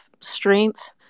strength